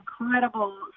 incredible